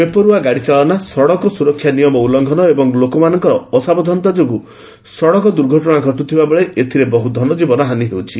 ବେପର୍ରଆ ଗାଡ଼ିଚାଳନା ସଡ଼କ ସ୍ରରକ୍ଷା ନିୟମ ଉଲୁଘ୍ନ ଏବଂ ଲୋକମାନଙ୍କର ଅସାବଧାନତା ଯୋଗୁଁ ସଡ଼କ ଦୂର୍ଘଟଶା ଘଟ୍ରଥିବାବେଳେ ଏଥିରେ ବହ ଧନ ଜୀବନ ହାନି ହେଉଛି